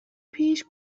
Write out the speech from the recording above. پیش